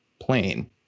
plane